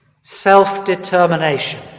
Self-determination